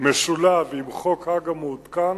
משולב עם חוק הג"א מעודכן,